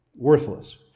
Worthless